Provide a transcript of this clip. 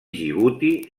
djibouti